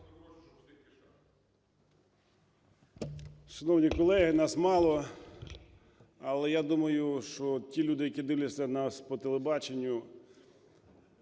Шановні колеги, нас мало, але я думаю, що ті люди, які дивляться нас по телебаченню,